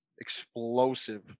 explosive